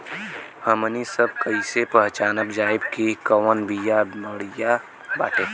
हमनी सभ कईसे पहचानब जाइब की कवन बिया बढ़ियां बाटे?